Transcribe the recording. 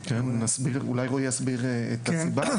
אולי רועי יסביר את הסיבה,